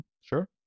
sure